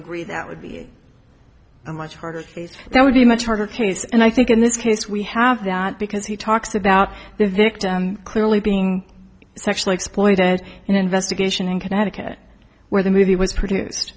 agree that would be a much harder case there would be much harder case and i think in this case we have that because he talks about the victim clearly being sexually exploited and investigation in connecticut where the movie was produce